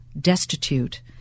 destitute